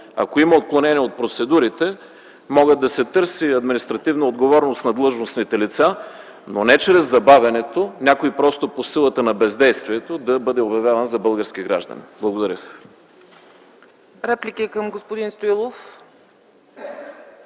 Ако има отклонение от процедурите, може да се търси административна отговорност на длъжностните лица, но не чрез забавянето - някой просто по силата на бездействието да бъде обявяван за български гражданин. Благодаря.